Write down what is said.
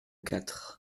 quatre